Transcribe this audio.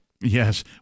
Yes